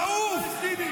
נא לסיים.